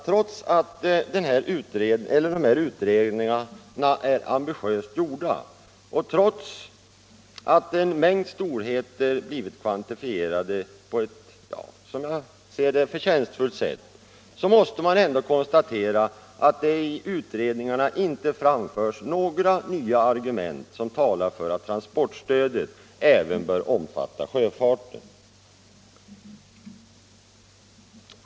Trots att utredningarna är ambitiöst gjorda och trots att en mängd storheter har blivit kvantifierade på ett som jag ser det förtjänstfullt sätt, måste man ändå konstatera att det i utredningarna inte framförs några nya argument som talar för att transportstödet även bör omfatta sjöfarten.